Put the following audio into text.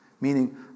Meaning